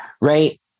Right